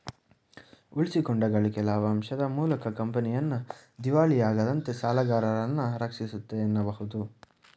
ಉಳಿಸಿಕೊಂಡ ಗಳಿಕೆ ಲಾಭಾಂಶದ ಮೂಲಕ ಕಂಪನಿಯನ್ನ ದಿವಾಳಿಯಾಗದಂತೆ ಸಾಲಗಾರರನ್ನ ರಕ್ಷಿಸುತ್ತೆ ಎನ್ನಬಹುದು